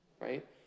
Right